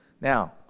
Now